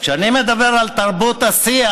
כשאני מדבר על תרבות השיח,